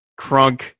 crunk